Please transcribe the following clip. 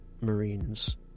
marines